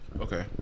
okay